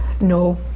No